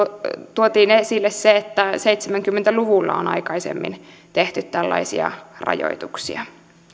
tuotiin esille se että seitsemänkymmentä luvulla on aikaisemmin tehty tällaisia rajoituksia